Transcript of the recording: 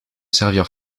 servir